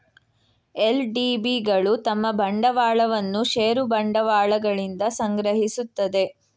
LDB ಗಳು ತಮ್ಮ ಬಂಡವಾಳವನ್ನು ಷೇರು ಬಂಡವಾಳಗಳಿಂದ ಸಂಗ್ರಹಿಸುತ್ತದೆ